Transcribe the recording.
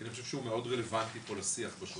כי אני חושב שהוא מאוד רלוונטי פה לשיח בשולחן,